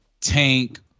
Tank